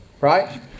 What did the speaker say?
Right